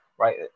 Right